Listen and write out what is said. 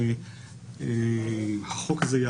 הן לא התרחשו באותה מדינה אבל אותה מדינה אומרת: לי